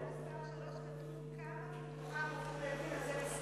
אדוני השר,